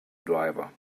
driver